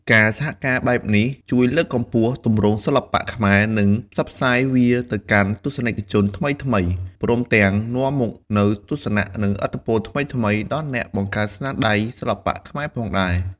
ការសហការបែបនេះជួយលើកកម្ពស់ទម្រង់សិល្បៈខ្មែរ និងផ្សព្វផ្សាយវាទៅកាន់ទស្សនិកជនថ្មីៗ ព្រមទាំងនាំមកនូវទស្សនៈ និងឥទ្ធិពលថ្មីៗដល់អ្នកបង្កើតស្នាដៃសិល្បៈខ្មែរផងដែរ។